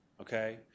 okay